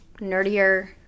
nerdier